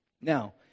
Now